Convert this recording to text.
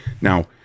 Now